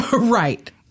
right